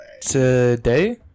Today